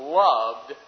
loved